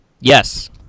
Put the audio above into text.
yes